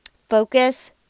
Focus